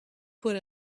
put